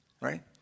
Right